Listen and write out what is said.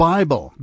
Bible